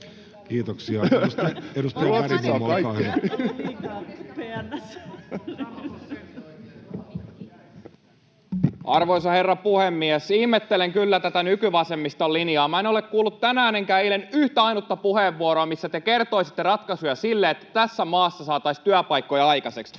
Content: Arvoisa herra puhemies! Ihmettelen kyllä tätä nykyvasemmiston linjaa. Minä en ole kuullut tänään enkä eilen yhtä ainutta puheenvuoroa, missä te kertoisitte ratkaisuja sille, että tässä maassa saataisiin työpaikkoja aikaiseksi.